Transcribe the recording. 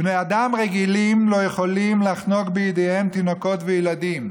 בני אדם רגילים לא יכולים לחנוק בידיהם תינוקות וילדים,